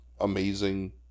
amazing